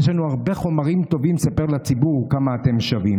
יש לנו הרבה חומרים טובים לספר לציבור כמה אתם שווים.